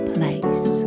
Place